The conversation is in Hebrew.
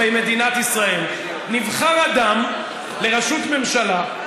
במדינת ישראל: נבחר אדם לראשות ממשלה,